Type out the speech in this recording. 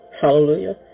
Hallelujah